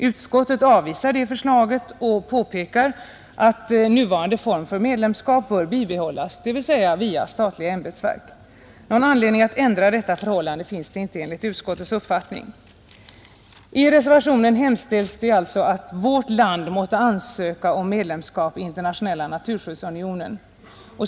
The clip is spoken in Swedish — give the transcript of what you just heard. Utskottet avvisar det förslaget och påpekar att nuvarande form för medlemskap bör bibehållas, dvs. via statliga ämbetsverk. Någon anledning att ändra detta förhållande finns det inte enligt utskottets uppfattning. I reservationen hemställs att vårt land måtte ansöka om medlemskap i Internationella naturskyddsorganisationen.